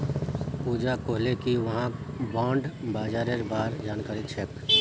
पूजा कहले कि वहाक बॉण्ड बाजारेर बार जानकारी छेक